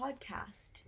podcast